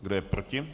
Kdo je proti?